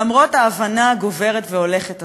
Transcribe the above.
למרות ההבנה ההולכת וגוברת הזאת,